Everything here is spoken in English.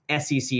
sec